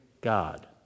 God